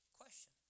question